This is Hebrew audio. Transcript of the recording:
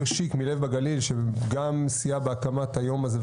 שיק מ'לב בגליל' שגם סייע בהובלת היום הזה,